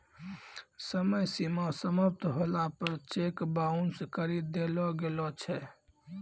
समय सीमा समाप्त होला पर चेक बाउंस करी देलो गेलो छै